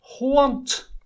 want